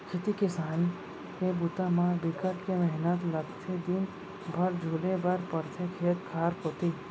खेती किसान के बूता म बिकट के मेहनत लगथे दिन भर झुले बर परथे खेत खार कोती